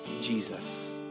Jesus